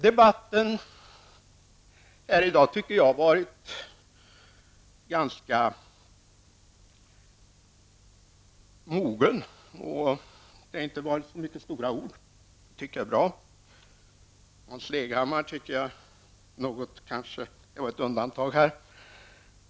Debatten här i dag tycker jag har varit ganska mogen. Det har inte varit så mycket av stora ord, och det tycker jag är bra. Hans Leghammar utgjorde kanske ett undantag.